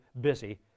busy